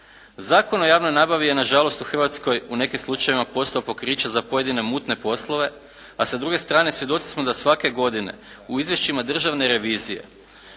Zakon o javnoj nabavi je nažalost u Hrvatskoj u nekim slučajevima postao pokriće za pojedine mutne poslove a sa druge strane svjedoci smo da svake godine u izvješćima Državne revizije